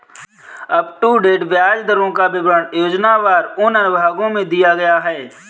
up to date ब्याज दरों का विवरण योजनावार उन अनुभागों में दिया गया है